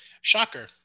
Shocker